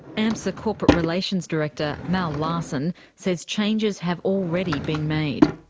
amsa corporate relations director mal larsen says changes have already been made.